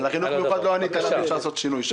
על החינוך המיוחד לא ענית לנו שצריך לעשות שינוי,